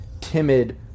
timid